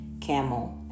camel